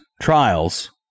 trials